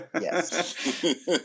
Yes